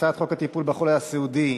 הצעת חוק הטיפול בחולה הסיעודי,